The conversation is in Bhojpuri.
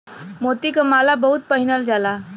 मोती क माला बहुत पहिनल जाला